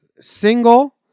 Single